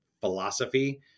philosophy